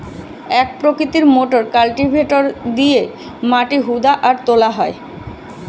এক প্রকৃতির motor cultivator দিয়ে মাটি হুদা আর তোলা হয়